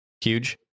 huge